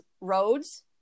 roads